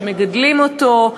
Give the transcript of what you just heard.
שמגדלים אותו,